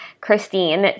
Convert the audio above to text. Christine